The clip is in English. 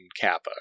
Kappa